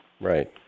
Right